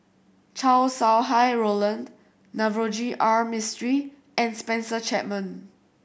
Chow Sau Hai Roland Navroji R Mistri and Spencer Chapman